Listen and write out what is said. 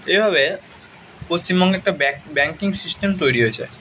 এভাবে পশ্চিমবঙ্গে একটা ব্যাঙ্কিং সিস্টেম তৈরি হয়েছে